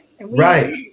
right